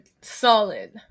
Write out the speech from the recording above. solid